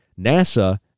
NASA